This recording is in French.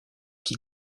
qui